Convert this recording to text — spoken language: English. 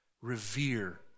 revere